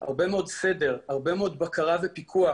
הרבה מאוד סדר, הרבה מאוד בקרה ופיקוח